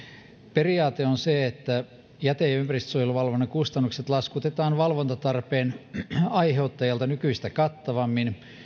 periaate on se että jäte ja ympäristönsuojeluvalvonnan kustannukset laskutetaan valvontatarpeen aiheuttajalta nykyistä kattavammin